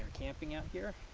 camping out there.